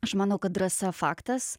aš manau kad drąsa faktas